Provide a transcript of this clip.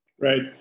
Right